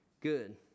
good